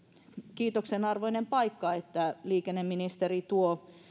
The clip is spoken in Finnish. kiitoksen arvoinen paikka että liikenneministeri tuo